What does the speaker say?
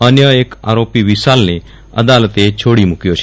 અન્ય એક આરોપી વિશાલને અદાલતે છોડી મૂક્યો છે